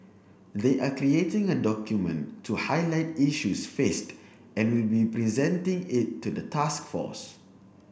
they are creating a document to highlight issues faced and will be presenting it to the task force